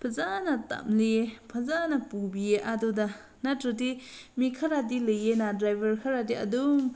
ꯐꯖꯅ ꯇꯝꯂꯤꯌꯦ ꯐꯖꯅ ꯄꯨꯕꯤꯌꯦ ꯑꯗꯨꯗ ꯅꯠꯇ꯭ꯔꯗꯤ ꯃꯤ ꯈꯔꯗꯤ ꯂꯩꯌꯦꯅ ꯗ꯭ꯔꯥꯏꯕꯔ ꯈꯔꯗꯤ ꯑꯗꯨꯝ